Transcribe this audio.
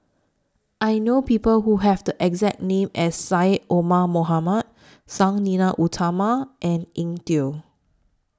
I know People Who Have The exact name as Syed Omar Mohamed Sang Nila Utama and Eng Tow